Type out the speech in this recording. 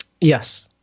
Yes